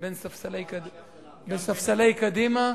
בספסלי קדימה,